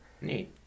neat